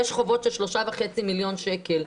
יש חובות של 3.5 מיליון שקל.